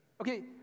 Okay